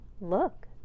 Look